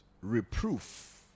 reproof